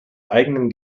eigenen